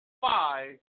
five